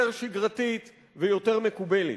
יותר שגרתית ויותר מקובלת.